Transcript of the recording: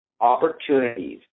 opportunities